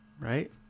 right